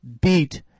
beat